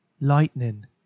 Lightning